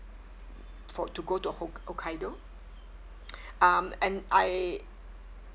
for to go to hok~ hokkaido um and I